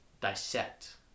dissect